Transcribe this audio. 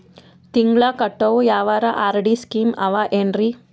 ತಿಂಗಳ ಕಟ್ಟವು ಯಾವರ ಆರ್.ಡಿ ಸ್ಕೀಮ ಆವ ಏನ್ರಿ?